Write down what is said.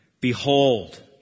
Behold